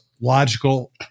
logical